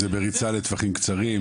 זה בריצה לטווחים קצרים?